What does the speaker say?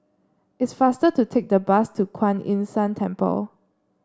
it's faster to take the bus to Kuan Yin San Temple